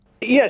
Yes